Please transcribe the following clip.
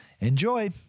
Enjoy